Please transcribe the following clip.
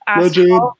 Legend